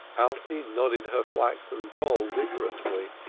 alte nodded her flaxen poll vigorously.